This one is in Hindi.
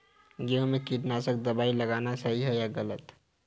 गेहूँ में कीटनाशक दबाई लगाना सही है या गलत?